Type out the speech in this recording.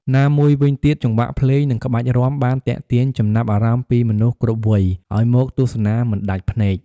ណាមួយវិញទៀតចង្វាក់ភ្លេង និងក្បាច់រាំ បានទាក់ទាញចំណាប់អារម្មណ៍ពីមនុស្សគ្រប់វ័យឲ្យមកទស្សនាមិនដាច់ភ្នែក។